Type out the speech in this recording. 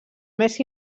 més